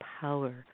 power